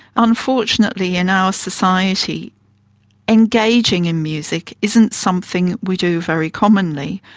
unfortunately in our society engaging in music isn't something we do very commonly.